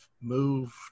moved